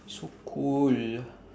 so cold